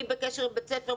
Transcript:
היא בקשר עם בית ספר,